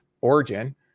origin